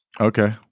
Okay